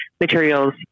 materials